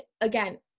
again